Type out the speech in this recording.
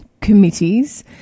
committees